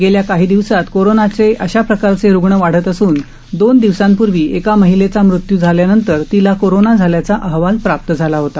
गेल्या काही दिवसात कोरोनाचे अशा प्रकारचे रुग्ण वाढत असून दोन दिवसांपूर्वी एका महिलेचा मृत्यू झाल्यानंतर तिला कोरोना झाल्याचा अहवाल प्राप्त झाला होता